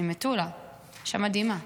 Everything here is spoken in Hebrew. אישה מדהימה.